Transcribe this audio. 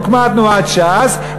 הוקמה תנועת ש"ס,